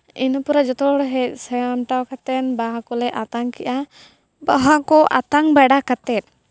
ᱤᱱᱟᱹᱯᱚᱨᱮ ᱡᱚᱛᱚ ᱦᱚᱲ ᱦᱮᱡᱽ ᱥᱟᱢᱴᱟᱣ ᱠᱟᱛᱮᱫ ᱵᱟᱦᱟ ᱠᱚᱞᱮ ᱟᱛᱟᱝ ᱠᱮᱜᱼᱟ ᱵᱟᱦᱟ ᱠᱚ ᱟᱛᱟᱝ ᱵᱟᱲᱟ ᱠᱟᱛᱮᱫ